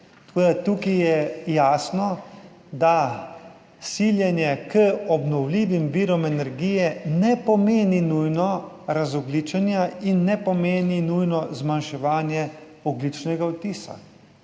tukaj jasno, da siljenje k obnovljivim virom energije ne pomeni nujno razogljičenja in ne pomeni nujno zmanjševanje ogljičnega odtisa.